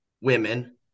women